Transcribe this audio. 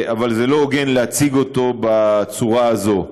אבל זה לא הוגן להציג אותו בצורה הזאת,